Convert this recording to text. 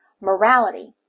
morality